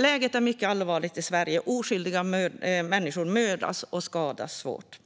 Läget är mycket allvarligt i Sverige. Oskyldiga människor mördas och skadas svårt.